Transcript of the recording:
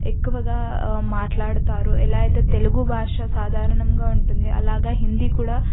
ఎక్కువగా మాట్లాడతారు ఎలా అయితే తెలుగు భాష సాధారణంగా ఉంటుందో అలాగే హిందీ కూడా